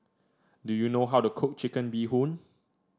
do you know how to cook Chicken Bee Hoon